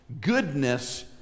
goodness